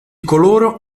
coloro